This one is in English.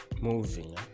moving